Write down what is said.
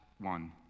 one